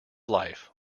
life